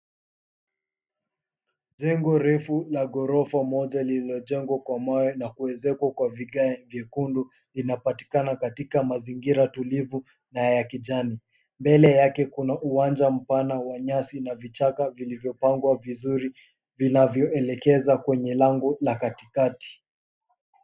Jengo refu la ghorofa moja lililojengwa kwa mawe na kuezekwa kwa vigae vyekundu linapatikana katika mazingira tulivu na ya kijani. Mbele yake kuna uwanja mpana wa nyasi na vichaka vilivyo pangwa vizuri vinavyoeleza kwenye lango la katikati.